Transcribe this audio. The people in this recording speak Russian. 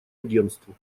агентству